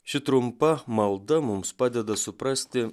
ši trumpa malda mums padeda suprasti